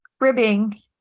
ribbing